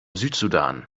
südsudan